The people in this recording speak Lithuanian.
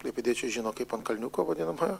klaipėdiečiai žino kaip ant kalniuko vadinama